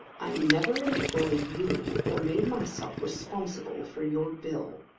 i never employed you or made myself responsible for your bill.